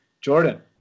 Jordan